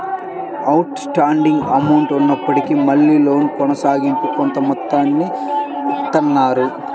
out standing amount ఉన్నప్పటికీ మళ్ళీ loan కొనసాగింపుగా కొంత మొత్తాన్ని ఇత్తన్నారు